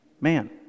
Man